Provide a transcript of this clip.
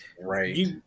right